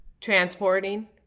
Transporting